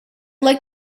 like